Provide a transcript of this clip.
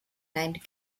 named